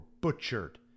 butchered